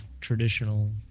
traditional